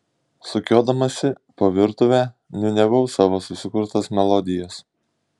sukiodamasi po virtuvę niūniavau savo susikurtas melodijas